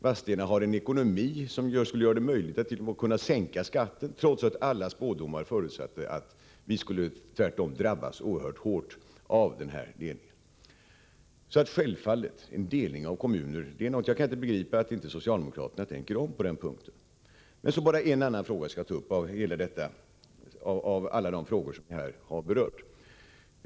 Man har en ekonomi som skulle göra det möjligt att t.o.m. sänka skatten, trots att alla spådomar förutsatte att vi tvärtom skulle drabbas oerhört hårt av denna delning. Jag kan därför inte begripa varför inte socialdemokraterna tänker om på denna punkt. Låt mig ta upp bara en ytterligare fråga av alla de frågor som här har berörts.